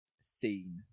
seen